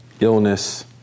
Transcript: illness